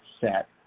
set